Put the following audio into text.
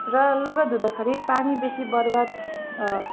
र लुगा धुँदाखरि पानी बेसी बर्बाद